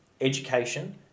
Education